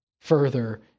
further